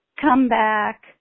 comeback